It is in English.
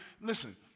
Listen